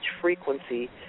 frequency